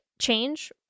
change